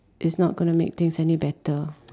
it's not going to make things any better